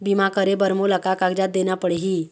बीमा करे बर मोला का कागजात देना पड़ही?